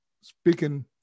speaking